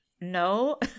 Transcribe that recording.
no